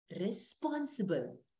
Responsible